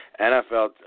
NFL